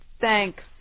thanks